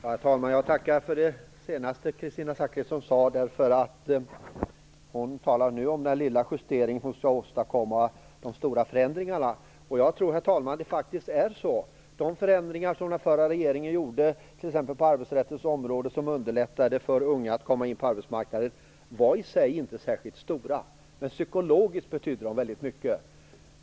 Herr talman! Jag tackar för det klargörande Kristina Zakrisson gjorde. Hon talar nu om den lilla justering som skall åstadkomma stora förändringar. De förändringar, herr talman, som den förra regeringen gjorde t.ex. på arbetsrättens område och som underlättade för unga att komma in på arbetsmarknaden var i sig inte särskilt stora - men de betydde väldigt mycket psykologiskt.